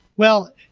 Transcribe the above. well,